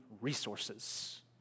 resources